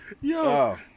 Yo